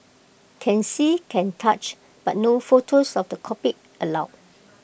can see can touch but no photos of the cockpit allowed